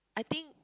I think